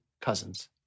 cousins